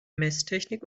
messtechnik